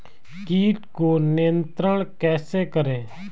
कीट को नियंत्रण कैसे करें?